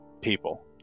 people